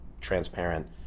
transparent